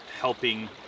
helping